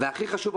והכי חשוב,